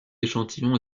échantillons